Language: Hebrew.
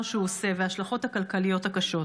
שהוא עושה וההשלכות הכלכליות הקשות.